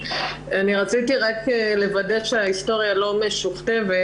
רציתי לוודא שההיסטוריה לא משוכתבת,